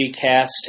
cast